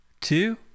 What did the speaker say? two